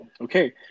okay